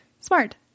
Smart